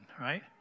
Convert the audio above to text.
right